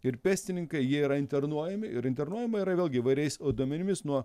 ir pėstininkai jie yra internuojami ir internuojama yra vėlgi įvairiais a duomenimis nuo